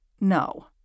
No